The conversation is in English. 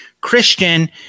Christian